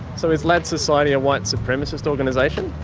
so is lads society a white supremacist organisation?